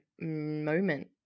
moment